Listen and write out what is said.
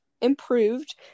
improved